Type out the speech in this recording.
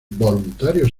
voluntarios